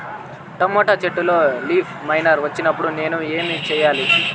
Tomato చెట్టులో leaf miner వచ్చినప్పుడు నేను ఏమి చెయ్యాలి?